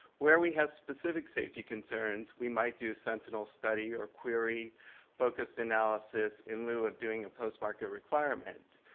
where we have specific safety concerns we might do a sentinel study or query focused analysis in lieu of doing a post-market requirement.